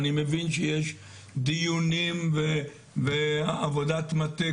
אני מבין שיש דיונים ועבודת מטה.